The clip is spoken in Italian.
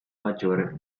maggiore